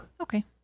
Okay